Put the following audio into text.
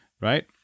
right